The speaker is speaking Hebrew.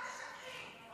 אל תשקרי.